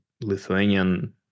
Lithuanian